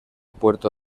puerto